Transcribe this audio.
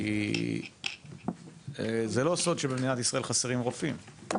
כי זה לא סוד שבמדינת ישראל חסרים רופאים,